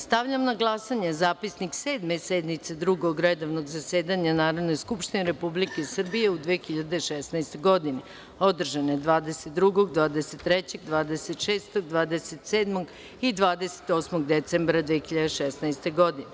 Stavljam na glasanje Zapisnik Sedme sednice Drugog redovnog zasedanja Narodne skupštine Republike Srbije u 2016. godini, održane 22, 23, 26, 27. i 28. decembra 2016. godine.